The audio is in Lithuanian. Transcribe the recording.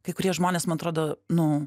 kai kurie žmonės man atrodo nu